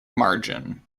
margin